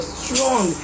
strong